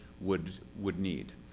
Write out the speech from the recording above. would would need.